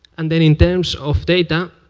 and then in terms of data,